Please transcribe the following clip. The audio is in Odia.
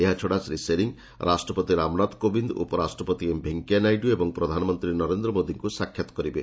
ଏହାଛଡ଼ା ଶ୍ରୀ ସେରିଂ ରାଷ୍ଟ୍ରପତି ରାମନାଥ କୋବିନ୍ଦ ଉପରାଷ୍ଟ୍ରପତି ଏମ୍ଭେଙ୍କୟାନାଇଡୁ ଏବଂ ପ୍ରଧାନମନ୍ତ୍ରୀ ନରେନ୍ଦ୍ର ମୋଦିଙ୍କୁ ସାକ୍ଷାତ କରିବେ